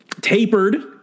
Tapered